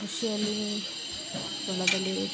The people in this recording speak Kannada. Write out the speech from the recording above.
ಕೃಷಿಯಲ್ಲಿ ಹೊಲದಲ್ಲಿ